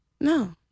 No